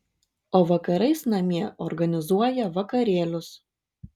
o vakarais namie organizuoja vakarėlius